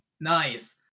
nice